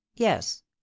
yes